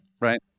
Right